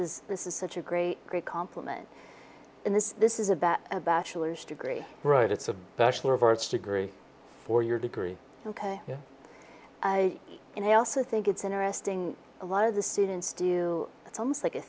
is this is such a great great complement in this this is about a bachelor's degree right it's a bachelor of arts degree for your degree ok i and i also think it's interesting a lot of the students do it's almost like a